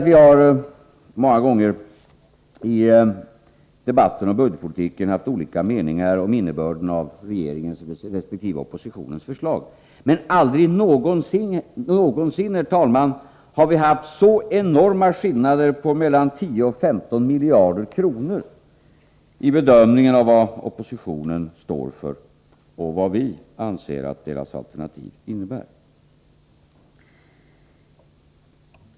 Vi har ofta i debatter om budgetpolitik olika meningar om innebörden i regeringens resp. oppositionens förslag, men aldrig någonsin, herr talman, har vi haft så enorma skillnader, på mellan 10 och 15 miljarder kronor, i bedömningen av vad oppositionen står för och vad vi anser att deras alternativ innebär.